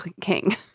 king